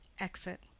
exit.